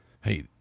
hey